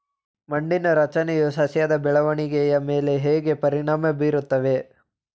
ಮಣ್ಣಿನ ರಚನೆಯು ಸಸ್ಯದ ಬೆಳವಣಿಗೆಯ ಮೇಲೆ ಹೇಗೆ ಪರಿಣಾಮ ಬೀರುತ್ತದೆ?